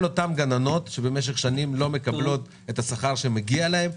כל אותן גננות שמשך שנים לא מקבלות את השכר שמגיע להן.